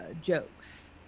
jokes